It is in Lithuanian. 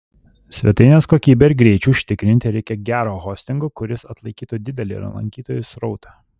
svetainės kokybei ir greičiui užtikrinti reikia gero hostingo kuris atlaikytų didelį lankytojų srautą